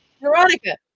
Veronica